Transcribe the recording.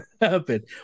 happen